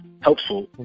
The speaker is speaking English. helpful